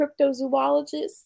cryptozoologist